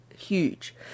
huge